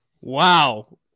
Wow